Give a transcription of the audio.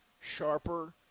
sharper